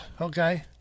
Okay